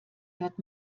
hört